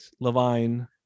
Levine